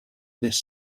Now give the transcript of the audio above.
this